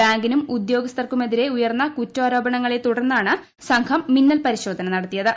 ബ്ജുകിന്റും ഉദ്യോഗസ്ഥർക്കുമെതിരെ ഉയർന്ന കുറ്റാരോപണങ്ങളെ തുടർന്നീറ്റണ് സംഘം മിന്നൽ പരിശോധന നടത്തിയത്